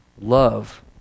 Love